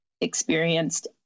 experienced